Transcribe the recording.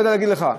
לא יודע להגיד לך.